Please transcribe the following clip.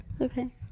Okay